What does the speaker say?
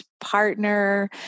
partner